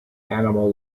animal